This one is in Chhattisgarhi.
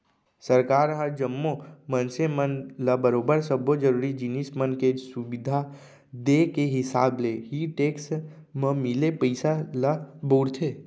सरकार ह जम्मो मनसे मन ल बरोबर सब्बो जरुरी जिनिस मन के सुबिधा देय के हिसाब ले ही टेक्स म मिले पइसा ल बउरथे